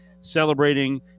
celebrating